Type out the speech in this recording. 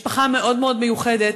משפחה מאוד מאוד מיוחדת.